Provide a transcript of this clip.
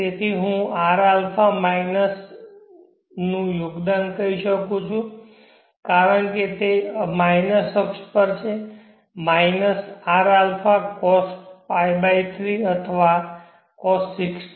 તેથી હું rα minus નું યોગદાન કહી શકું છું કારણ કે તે માઇનસ અક્ષ પર છે માઇનસ rα cosπ3 અથવા cos